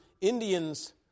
Indians